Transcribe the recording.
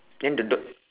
then the do~